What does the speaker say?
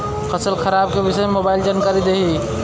फसल खराब के विषय में मोबाइल जानकारी देही